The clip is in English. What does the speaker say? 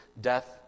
death